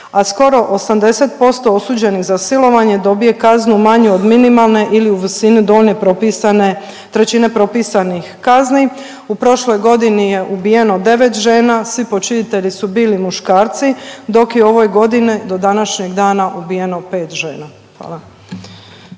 a skoro 80% osuđenih za silovanje dobije kaznu manju od minimalne ili u visine donje propisane, trećine propisanih kazni. U prošloj godini je ubijeno 9 žena, svi počinitelji su bili muškarci dok je u ovoj godini do današnjeg dana ubijeno 5 žena.